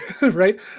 Right